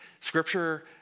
Scripture